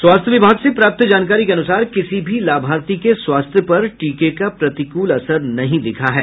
स्वास्थ्य विभाग से प्राप्त जानकारी के अनुसार किसी भी लाभार्थी के स्वास्थ्य पर टीके का प्रतिकूल असर नहीं दिखा है